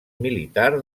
militar